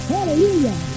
Hallelujah